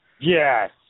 Yes